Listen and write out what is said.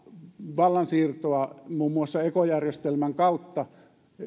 vallansiirtoa muun muassa ekojärjestelmän kautta